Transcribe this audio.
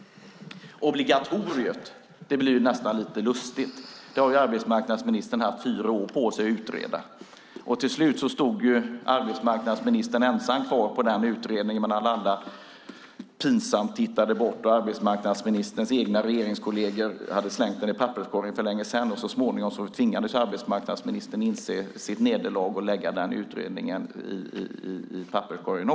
Obligatoriet blir nästan lite lustigt. Arbetsmarknadsministern har haft fyra år på sig att utreda det. Till slut stod arbetsmarknadsministern ensam kvar med den utredningen medan alla andra pinsamt tittade bort. Arbetsmarknadsministerns egna regeringskolleger hade för länge sedan slängt den i papperskorgen. Så småningom tvingades arbetsmarknadsministern att inse sitt nederlag och också lägga utredningen i papperskorgen.